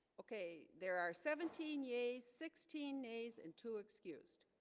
okay, there are seventeen yeah a sixteen days and two excused